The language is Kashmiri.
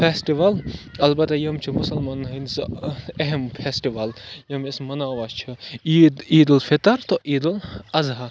فٮ۪سٹِوَل اَلبتہ یِم چھِ مُسلمانَن ہِنٛدۍ زٕ اہم فٮ۪سٹِوَل یِم أسۍ مَناوان چھِ عیٖد عیٖد الفطر تو عیٖد الضحیٰ